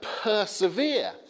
persevere